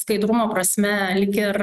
skaidrumo prasme lyg ir